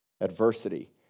adversity